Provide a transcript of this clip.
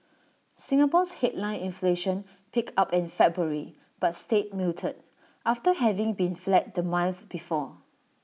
Singapore's headline inflation picked up in February but stayed muted after having been flat the month before